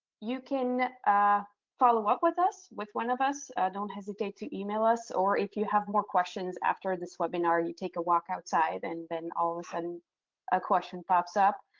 you can follow up with us, with one of us, don't hesitate to email us. or if you have more questions after this webinar, you take a walk outside and then all of a sudden a question pops up.